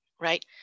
right